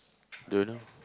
don't know